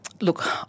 Look